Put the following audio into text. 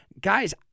Guys